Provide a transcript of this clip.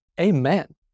Amen